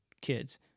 kids